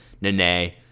Nene